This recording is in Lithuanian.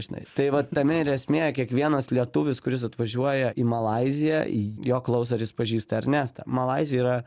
žinai tai va tame ir esmė kiekvienas lietuvis kuris atvažiuoja į malaiziją jo klaus ar jis pažįsta ernestą malaizijoj yra